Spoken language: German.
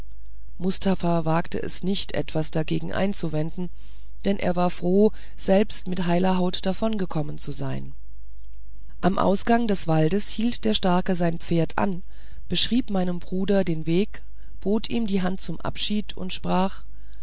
mustafa wagte es nicht etwas dagegen einzuwenden denn er war froh selbst mit heiler haut davongekommen zu sein am ausgang des waldes hielt der starke sein pferd an beschrieb meinem bruder den weg bot ihm die hand zum abschied und sprach